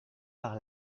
par